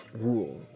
rule